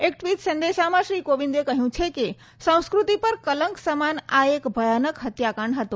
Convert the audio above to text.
એક ટવીટ સંદેશમાં શ્રી કોવિંદે કહયું છે કે સંસ્ક્રતિ પર કલંક સમાન આ એક ભયાનક હત્યાકાંડ હતો